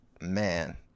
man